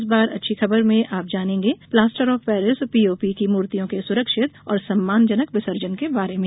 इस बार अच्छी खबर में आप जानेंगें प्लाटर ऑफ पेरिस पीओपी की मूर्तियों के सुरक्षित और सम्मानजनक विसर्जन के बारे में